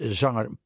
zanger